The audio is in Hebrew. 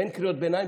אין קריאות ביניים.